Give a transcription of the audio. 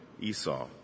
Esau